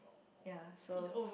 ya so